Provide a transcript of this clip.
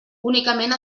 únicament